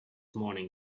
morning